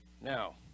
Now